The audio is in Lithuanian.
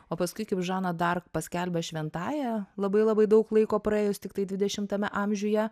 o paskui kaip žana dark paskelbia šventąja labai labai daug laiko praėjus tiktai dvidešimtame amžiuje